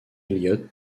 elliott